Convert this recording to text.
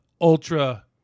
ultra